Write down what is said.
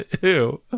Ew